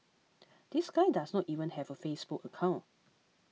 this guy does not even have a Facebook account